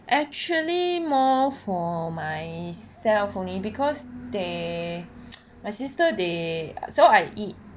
actually more for myself only because they my sister they so I eat